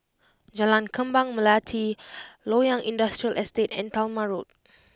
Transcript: Jalan Kembang Melati Loyang Industrial Estate and Talma Road